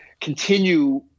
continue